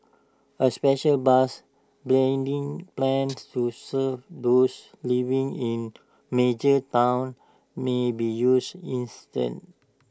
A special bus bridging plans to serve those living in major towns may be used instead